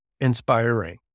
inspiring